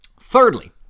Thirdly